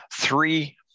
three